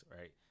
right